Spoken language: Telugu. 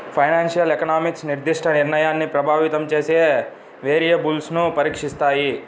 ఫైనాన్షియల్ ఎకనామిక్స్ నిర్దిష్ట నిర్ణయాన్ని ప్రభావితం చేసే వేరియబుల్స్ను పరీక్షిస్తాయి